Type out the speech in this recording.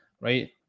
Right